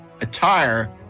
attire